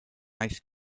ice